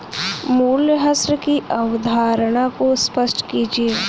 मूल्यह्रास की अवधारणा को स्पष्ट कीजिए